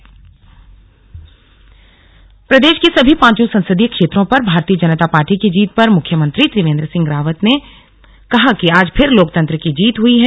CM on चुनाव प्रदेश की सभी पांचों संसदीय क्षेत्रों पर भारतीय जनता पार्टी की जीत पर मुख्यमंत्री त्रिवेंद्र सिंह रावत ने कहा कि आज फिर लोकतंत्र की जीत हई है